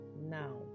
now